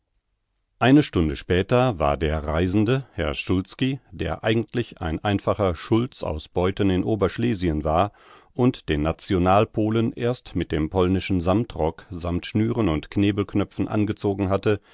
eine stunde später war der reisende herr szulski der eigentlich ein einfacher schulz aus beuthen in oberschlesien war und den national polen erst mit dem polnischen sammtrock sammt schnüren und knebelknöpfen angezogen hatte